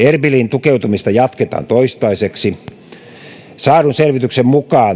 tukeutumista jatketaan toistaiseksi saadun selvityksen mukaan oir operaatio